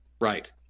Right